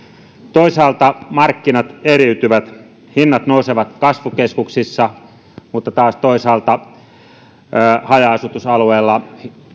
toisaalta markkinat eriytyvät hinnat nousevat kasvukeskuksissa mutta toisaalta taas haja asutusalueilla